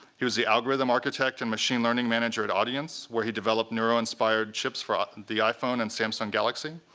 he was the algorithm architect and machine learning manager at audience, where he developed neuro-inspired chips for ah the iphone and samsung galaxy.